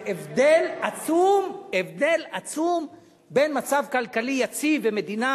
זה הבדל עצום בין מצב כלכלי יציב במדינה